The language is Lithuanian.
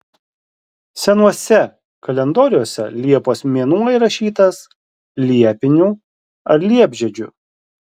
senuose kalendoriuose liepos mėnuo įrašytas liepiniu ar liepžiedžiu